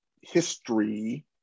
history